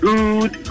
Good